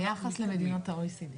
ביחס למדינות ה-OECD?